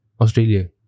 Australia